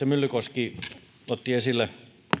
myllykoski otti esille